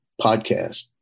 podcast